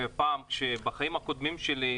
בחיים הקודמים שלי,